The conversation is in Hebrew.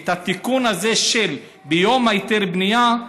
את התיקון הזה, לעניין יום היתר הבנייה,